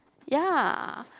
ya